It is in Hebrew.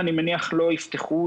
אני מניח שלא יפתחו מעונות יום.